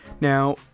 Now